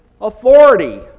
authority